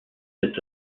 cet